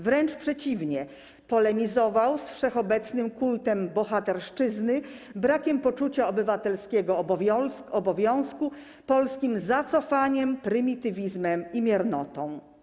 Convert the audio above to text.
Wręcz przeciwnie, polemizował z wszechobecnym kultem bohaterszczyzny, brakiem poczucia obywatelskiego obowiązku, polskim zacofaniem, prymitywizmem i miernotą.